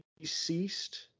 Deceased